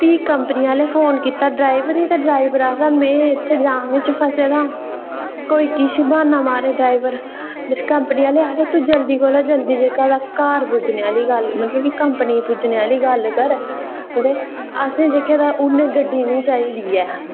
ते प्ही कंपनी आह्लें फोन कीता ड्राईवर गी ते ड्राईवर आखदा में इत्थै जाम च फसे दा कोई किश ब्हाना मारै ड्राईवर ते कंपनी आह्ले आखदे कि तौले कोला तौला घर पुज्जने दी गल्ल कर जेह्ड़ी कंपनी पुज्जने दी गल्ल कर ते असें जेह्के ते उनें गड्डी निं चाहिदी ऐ